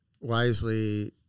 wisely